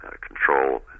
control